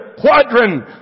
quadrant